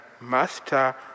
master